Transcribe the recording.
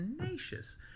tenacious